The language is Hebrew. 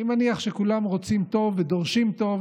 אני מניח שכולם רוצים טוב ודורשים טוב,